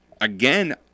again